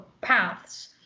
paths